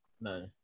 no